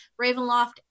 Ravenloft